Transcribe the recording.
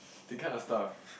that kind of stuff